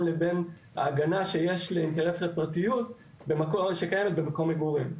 לבין ההגנה שיש לאינטרס לפרטיות במקום של מקום מגורים.